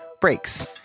breaks